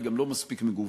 היא גם לא מספיק מגוונת,